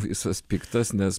visas piktas nes